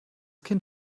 kind